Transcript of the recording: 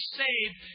saved